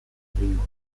egingo